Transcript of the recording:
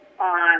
on